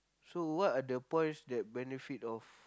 so what are the points that benefit of